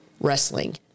wrestling